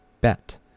bet